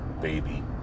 baby